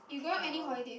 you going any holiday